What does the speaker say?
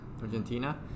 Argentina